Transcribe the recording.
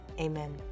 amen